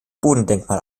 bodendenkmal